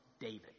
David